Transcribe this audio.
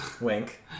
Wink